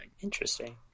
interesting